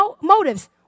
motives